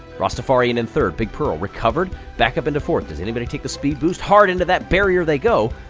rastafarian in third, big pearl recovered, back up into fourth. does anybody take the speed boost? hard into that barrier they go,